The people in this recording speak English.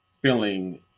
Feeling